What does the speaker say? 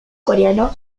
coreano